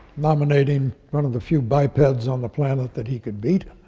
nominating one of the few bipeds on the planet that he could beat.